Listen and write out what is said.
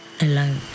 alone